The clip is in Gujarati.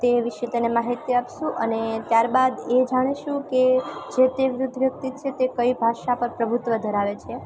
તે વિષે તેને માહિતી આપીશું અને ત્યારબાદ એ જાણીશું કે જે તે વૃદ્ધ વ્યક્તિ છે તે કઈ ભાષા પર પ્રભુત્વ ધરાવે છે